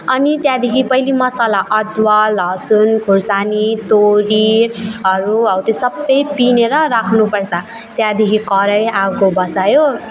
अनि त्यहाँदेखि पहिले मसाला अदुवा लसुन खोर्सानी तोरीहरू हो त्यो सबै पिनेर राख्नुपर्छ त्यहाँदेखि कराई आगो बसायो